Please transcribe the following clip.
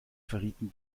verrieten